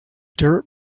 dirt